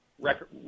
record